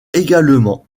également